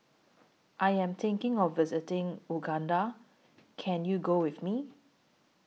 I Am thinking of visiting Uganda Can YOU Go with Me